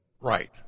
right